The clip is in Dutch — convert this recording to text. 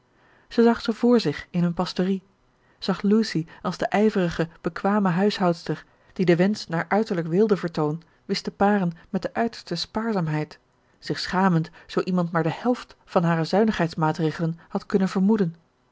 zag ze vr zich in hun pastorie zag lucy als de ijverige bekwame huishoudster die den wensch naar uiterlijk weeldevertoon wist te paren met de uiterste spaarzaamheid zich schamend zoo iemand maar de helft van hare zuinigheidsmaatregelen had kunnen vermoeden